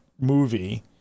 movie